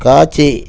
காட்சி